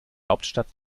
hauptstadt